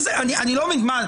אני לא מבין,